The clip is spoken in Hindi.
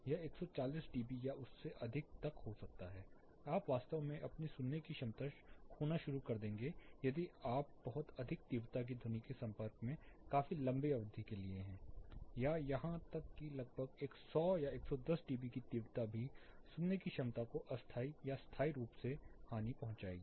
यह 140 डीबी या उससे अधिक तक हो सकता है आप वास्तव में अपनी सुनने की क्षमता खोना शुरू कर देंगे यदि आप बहुत अधिक तीव्रता की ध्वनि के संपर्क काफी लंबी अवधि के लिए हैं या यहां तक कि लगभग 100 110 डीबी की तीव्रता भी सुनने की क्षमता को अस्थायी या स्थायी हानि पहुंचाएगी